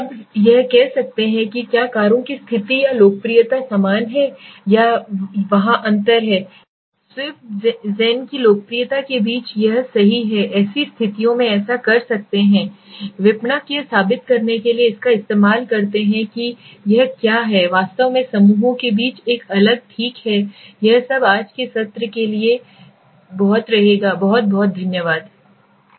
अब यह कह सकते हैं कि क्या कारों की स्थिति या लोकप्रियता समान है या वहाँ अंतर है स्विफ्ट छंद ज़ेन छंद की लोकप्रियता के बीच यह सही है कि ऐसी स्थितियों में ऐसा कर सकते हैं विपणक यह साबित करने के लिए इसका इस्तेमाल करते हैं कि यह क्या है वास्तव में समूहों के बीच एक अलग ठीक है यह सब आज के सत्र के लिए बहुत धन्यवाद है